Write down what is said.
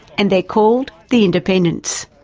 and they're called the independents.